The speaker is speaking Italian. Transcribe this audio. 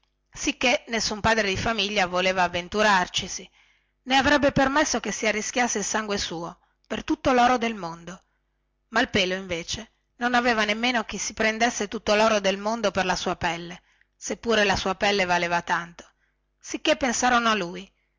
sicchè nessun padre di famiglia voleva avventurarcisi nè avrebbe permesso che ci si arrischiasse il sangue suo per tutto loro del mondo ma malpelo non aveva nemmeno chi si prendesse tutto loro del mondo per la sua pelle se pure la sua pelle valeva tutto